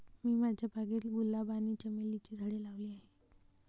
मी माझ्या बागेत गुलाब आणि चमेलीची झाडे लावली आहे